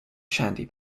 shandy